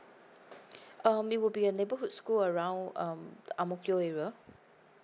um it would be a neighborhood school around um the ang mo kio area